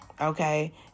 Okay